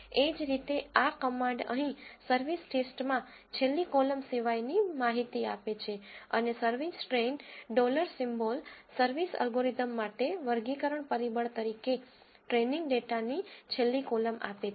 એ જ રીતે આ કમાન્ડ અહીં સર્વિસ ટેસ્ટમાં છેલ્લી કોલમ સિવાયની માહિતી આપે છે અને service train dollar symbol service algorithm માટે વર્ગીકરણ પરિબળ તરીકે ટ્રેનીંગ ડેટાની છેલ્લી કોલમ આપે છે